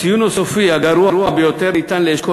הציון הסופי הגרוע ביותר ניתן לאשכול